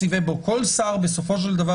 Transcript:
שר בסופו של דבר,